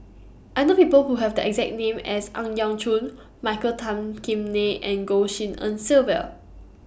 I know People Who Have The exact name as Ang Yau Choon Michael Tan Kim Nei and Goh Tshin En Sylvia